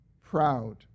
proud